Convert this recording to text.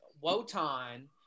Wotan